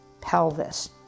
pelvis